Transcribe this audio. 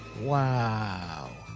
Wow